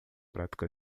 prática